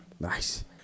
Nice